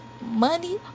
money